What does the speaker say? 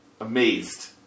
Amazed